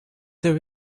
there